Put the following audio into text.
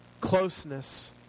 Closeness